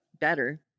better